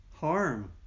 harm